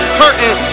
hurting